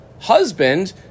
husband